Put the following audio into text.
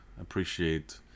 appreciate